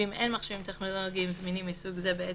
ואם אין מכשירים טכנולוגיים זמינים מסוג זה בעת